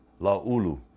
Laulu